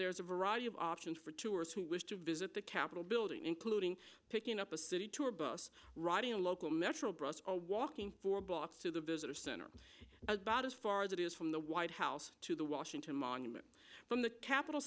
there is a variety of options for tourists who wish to visit the capitol building including picking up a city tour bus riding a local metro brusca walking four blocks to the visitor center as bad as far as it is from the white house to the washington monument from the